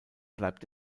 bleibt